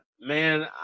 man